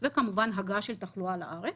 וכמובן הגעה של תחלואה לארץ.